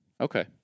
Okay